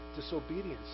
disobedience